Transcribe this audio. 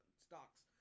stocks